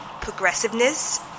progressiveness